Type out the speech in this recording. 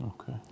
Okay